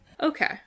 Okay